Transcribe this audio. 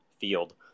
field